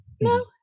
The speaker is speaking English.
no